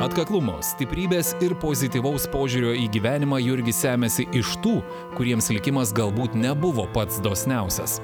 atkaklumo stiprybės ir pozityvaus požiūrio į gyvenimą jurgis semiasi iš tų kuriems likimas galbūt nebuvo pats dosniausias